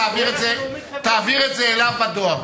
תעביר את זה, חברתית, תעביר את זה אליו בדואר.